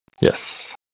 Yes